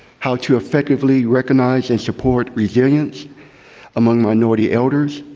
how to effectively recognize and support resilience among minority elders,